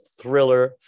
thriller